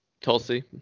Tulsi